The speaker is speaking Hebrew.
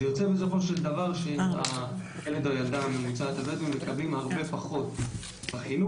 בסופו של דבר הילד או הילדה הבדואים מקבלים הרבה פחות בחינוך,